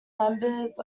members